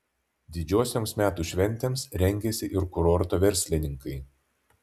didžiosioms metų šventėms rengiasi ir kurorto verslininkai